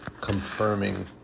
confirming